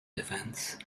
defence